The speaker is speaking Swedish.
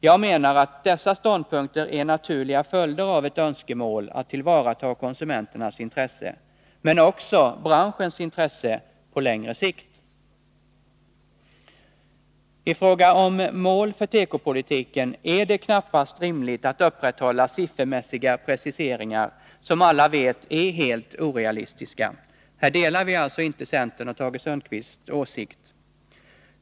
Jag menar att dessa ståndpunkter är naturliga följder av ett önskemål att tillvarata konsumenternas intressen men också branschens intressen på längre sikt. I fråga om mål för tekopolitiken är det knappast rimligt att upprätthålla siffermässiga preciseringar som alla vet är helt orealistiska. Här delar vi alltså inte centerns och Tage Sundkvists åsikt.